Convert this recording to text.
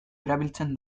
erabiltzen